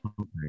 Okay